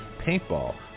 paintball